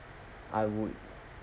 I would